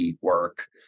work